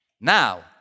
Now